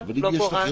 לא גורעת.